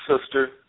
sister